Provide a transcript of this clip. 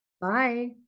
Bye